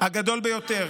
הגדול ביותר.